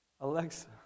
Alexa